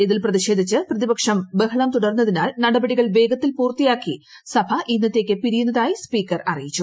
ഇതിൽ പ്രതിഷേധിച്ച് പ്രതിപക്ഷം ബഹളം ത്യൂട്ട്ർന്നതിനാൽ നടപടികൾ വേഗത്തിൽ പൂർത്തിയാക്കി സഭ ഇന്നത്തേയ്ക്ക് പിരിയുന്നതായി സ്പീക്കർ അറിയിച്ചു